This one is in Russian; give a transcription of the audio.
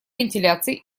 вентиляции